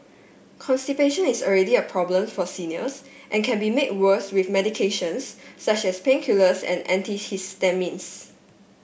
constipation is already a problem for seniors and can be made worse with medications such as painkillers and antihistamines